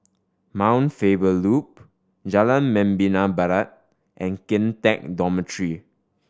Mount Faber Loop Jalan Membina Barat and Kian Teck Dormitory